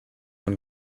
von